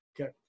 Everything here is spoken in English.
Okay